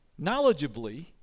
knowledgeably